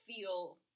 feel